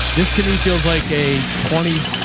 this to me feels like a twenty.